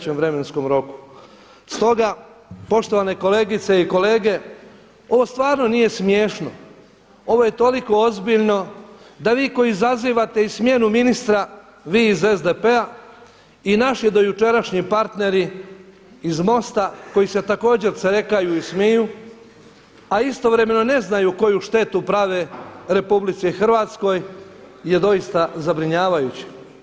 Stoga, poštovane kolegice i kolege, ovo stvarno nije smiješno, ovo je toliko ozbiljno da vi koji zazivate i smjenu ministra vi iz SDP-a i naši dojučerašnji partneri iz MOST-a koji se također cerekaju i smiju, a istovremeno ne znaju koju štetu prave RH je doista zabrinjavajuće.